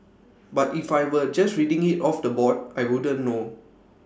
but if I were just reading IT off the board I wouldn't know